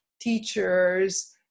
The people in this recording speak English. teachers